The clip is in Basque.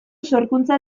sorkuntza